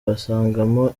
basangamo